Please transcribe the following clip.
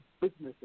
businesses